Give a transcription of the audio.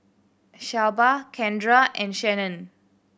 Shelba Kendra and Shannen